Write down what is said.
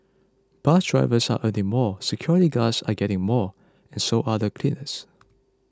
bus drivers are earning more security guards are getting more and so are cleaners